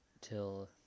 till